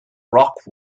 rock